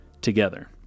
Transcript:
together